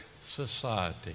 society